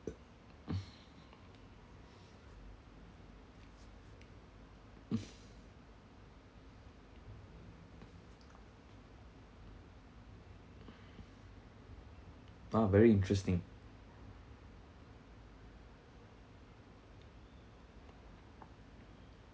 ah very interesting